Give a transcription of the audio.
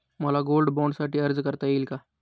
मला गोल्ड बाँडसाठी अर्ज करता येईल का?